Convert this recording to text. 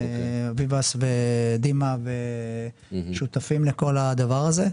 ביבס ודימה שותפים לכל הדבר הזה.